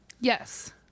Yes